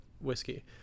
whiskey